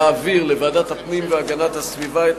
להעביר לוועדת הפנים והגנת הסביבה את